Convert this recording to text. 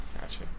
Gotcha